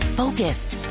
focused